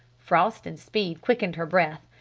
frost and speed quickened her breath.